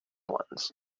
ones